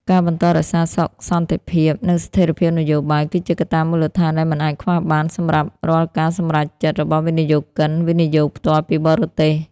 ការបន្តរក្សាសុខសន្តិភាព និងស្ថិរភាពនយោបាយ គឺជាកត្តាមូលដ្ឋានដែលមិនអាចខ្វះបានសម្រាប់រាល់ការសម្រេចចិត្តរបស់វិនិយោគិន វិនិយោគផ្ទាល់ពីបរទេស។